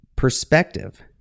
perspective